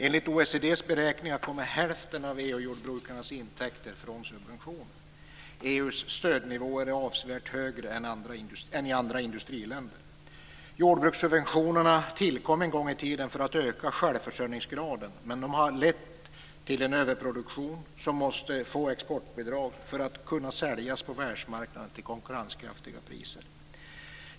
Enligt OECD:s beräkningar kommer hälften av EU-jordbrukarnas intäkter från subventioner. EU:s stödnivåer är avsevärt högre än de i andra industriländer. Jordbrukssubventionerna tillkom en gång i tiden för att öka självförsörjningsgraden, men de har lett till en överproduktion som man måste få exportbidrag för att kunna sälja på världsmarknaden till konkurrenskraftiga priser.